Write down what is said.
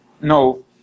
no